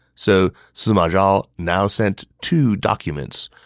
so sima zhao now sent two documents.